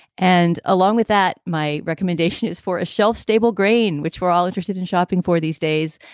and along with that, my recommendation is for a shelf stable grain, which we're all interested in shopping for these days.